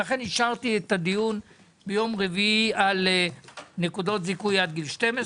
לכן אישרתי את הדיון ביום רביעי על נקודות זיכוי עד גיל 12,